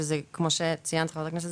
שזה כמו שציינת חבר הכנסת,